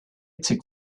took